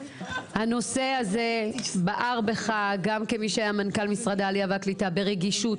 שהנושא הזה בער בך גם כמנכ"ל משרד העלייה והקליטה ברגישות,